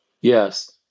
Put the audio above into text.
Yes